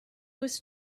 was